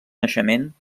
naixement